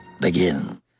begin